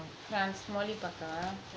france moli பாக்கவா:pakkava